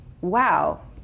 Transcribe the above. wow